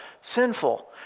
sinful